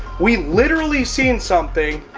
we literally seen something,